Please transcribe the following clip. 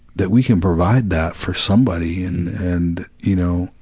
that we can provide that for somebody and, and you know,